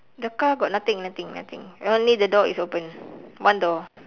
the car got nothing nothing nothing only the door is open one door